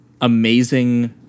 amazing